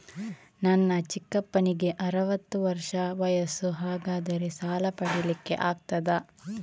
ನನ್ನ ಚಿಕ್ಕಪ್ಪನಿಗೆ ಅರವತ್ತು ವರ್ಷ ವಯಸ್ಸು, ಹಾಗಾದರೆ ಸಾಲ ಪಡೆಲಿಕ್ಕೆ ಆಗ್ತದ?